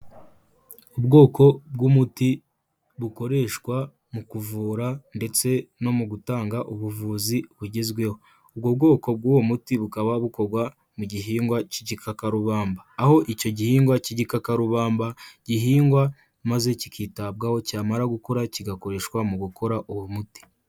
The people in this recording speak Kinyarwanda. Ubwoko bw'umuti bukoreshwa mu kuvura ndetse no mu gutanga ubuvuzi bugezweho, ubwo bwoko bw'uwo muti bukaba bukorwagwa mu gihingwa cy'igikakarubamba, aho icyo gihingwa cy'igikakarubamba gihingwa maze kikitabwaho cyamara gukura kigakoreshwa mu gukora uwo muti.